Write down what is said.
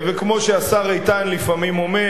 וכמו שהשר איתן לפעמים אומר: